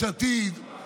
הוא לא הזכיר את שמך.